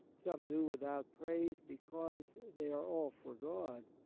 some do without praise because they are all for god,